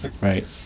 Right